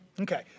Okay